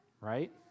right